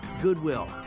Goodwill